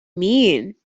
mean